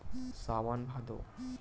सावन भादो